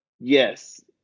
yes